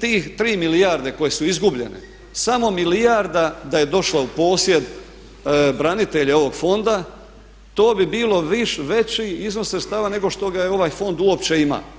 tih 3 milijarde koje su izgubljeno samo 1 milijarda da je došla u posjed branitelja i ovog fonda to bi bilo veći iznos sredstava nego što ga je ovaj fond uopće ima.